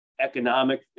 economic